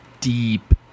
deep